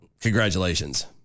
Congratulations